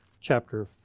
chapter